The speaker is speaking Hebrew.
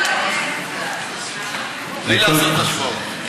בלי לעשות השוואות.